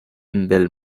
del